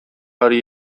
hori